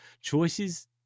Choices